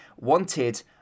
wanted